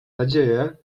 nadzieję